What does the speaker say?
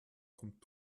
kommt